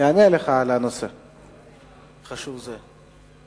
תענה לך על נושא חשוב זה.